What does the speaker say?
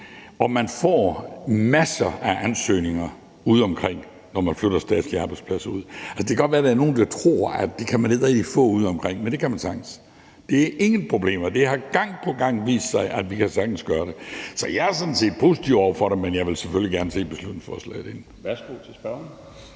Man får masser af ansøgninger udeomkring, når man flytter statslige arbejdspladser ud. Altså, det kan godt være, at der er nogle, der tror, at det kan man ikke rigtig få udeomkring, men det kan man sagtens. Det er ikke noget problem. Det har gang på gang vist sig, at vi sagtens kan gøre det. Så jeg er sådan set positiv over for det, men jeg vil selvfølgelig gerne se beslutningsforslaget inden.